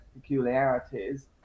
peculiarities